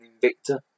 Victor